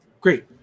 Great